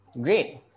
Great